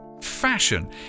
Fashion